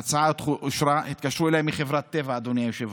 ההצלחה שלך